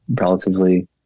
relatively